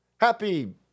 happy